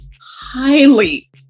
highly